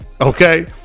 Okay